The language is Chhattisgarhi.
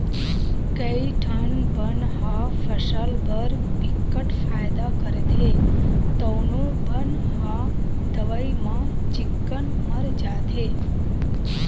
कइठन बन ह फसल बर बिकट फायदा करथे तउनो बन ह दवई म चिक्कन मर जाथे